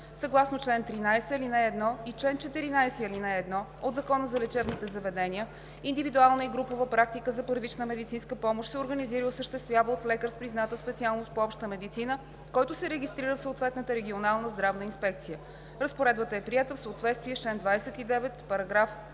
Съгласно чл. 13, ал. 1 и чл. 14, ал. 1 от Закона за лечебните заведения, индивидуална и групова практика за първична медицинска помощ се организира и осъществява от лекар с призната специалност по обща медицина, който се регистрира в съответната регионална здравна инспекция. Разпоредбата е приета в съответствие с чл.